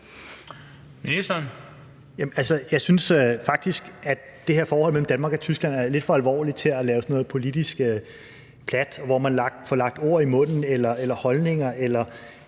Kofod): Jeg synes faktisk, at det her forhold mellem Danmark og Tyskland er lidt for alvorligt til at lave sådan noget politisk plat, hvor man får lagt ord i munden eller bliver tillagt